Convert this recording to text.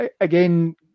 again